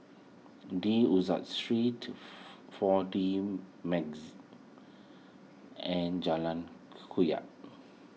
De Street four D and Jalan